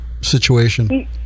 situation